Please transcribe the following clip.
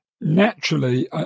naturally